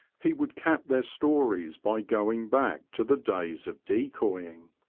he would cap their stories by going back to the days of decoying.